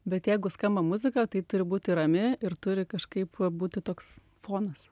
bet jeigu skamba muzika tai turi būti rami ir turi kažkaip būti toks fonas